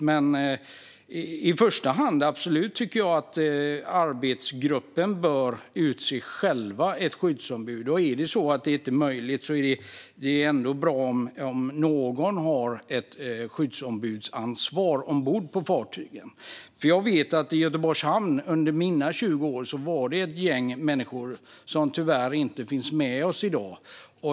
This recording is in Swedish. Jag tycker absolut att det i första hand bör vara arbetsgruppen själv som utser skyddsombud. Om det inte är möjligt är det ändå bra om någon har ett skyddsombudsansvar ombord på fartygen. Jag vet ett gäng människor under mina 20 år i Göteborgs hamn som tyvärr inte finns med oss i dag.